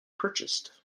purchased